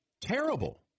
terrible